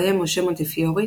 בהם משה מונטיפיורי,